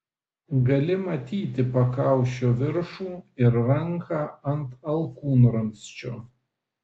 gali matyti pakaušio viršų ir ranką ant alkūnramsčio